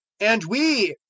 and we,